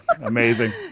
Amazing